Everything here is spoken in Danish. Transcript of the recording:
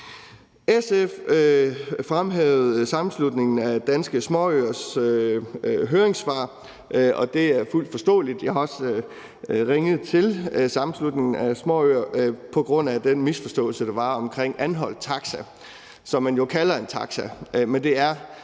SF fremhævede Sammenslutningen af Danske Småøers høringssvar, og det er fuldt forståeligt. Jeg har også ringet til Sammenslutningen af Danske Småøer på grund af den misforståelse, der var om Anholt Taxi. Man kalder det